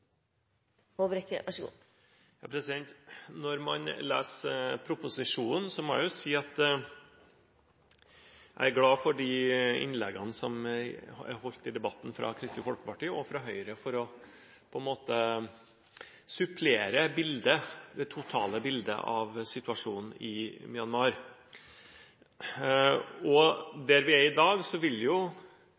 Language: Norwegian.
glad for de innleggene som er holdt i debatten fra Kristelig Folkeparti og Høyre for å supplere det totale bildet av situasjonen i Myanmar. Der vi er i dag, vil det nå bli en kamp mellom ulike typer interesser for vårt engasjement i Myanmar. Det vil